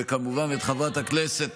וכמובן את חברת הכנסת,